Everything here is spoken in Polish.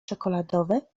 czekoladowe